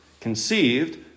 conceived